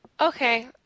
Okay